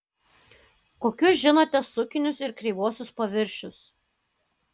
kokius žinote sukinius ir kreivuosius paviršius